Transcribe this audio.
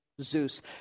Zeus